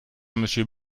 monsieur